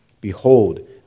Behold